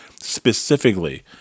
specifically